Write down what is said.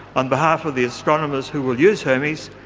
on behalf of the astronomers who will use hermes,